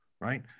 right